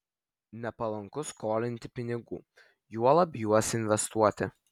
nepalanku skolinti pinigų juolab juos investuoti